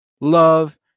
love